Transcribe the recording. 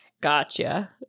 Gotcha